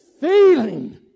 feeling